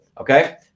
Okay